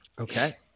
okay